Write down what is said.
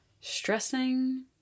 stressing